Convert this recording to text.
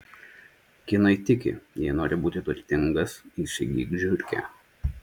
kinai tiki jei nori būti turtingas įsigyk žiurkę